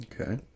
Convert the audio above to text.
okay